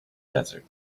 desert